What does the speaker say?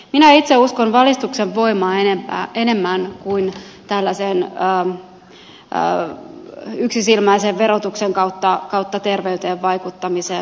minä itse uskon valistuksen voimaan enemmän kuin tällaisen yksisilmäisen verotuksen kautta terveyteen vaikuttamiseen